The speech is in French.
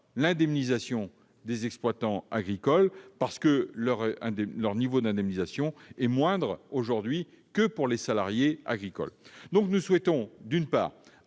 l'indemnisation des exploitants agricoles dont le niveau d'indemnisation est moindre aujourd'hui que pour les salariés agricoles. En résumé, nous souhaitons améliorer